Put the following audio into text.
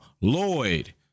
lloyd